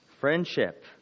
Friendship